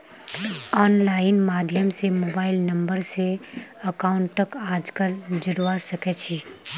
online माध्यम स mobile number स अकाउंटक आजकल जोडवा सके छी